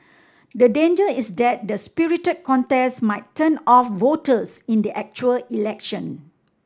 the danger is that the spirited contest might turn off voters in the actual election